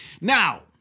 Now